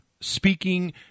speaking